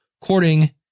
courting